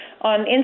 On